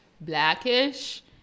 Blackish